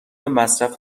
مصرف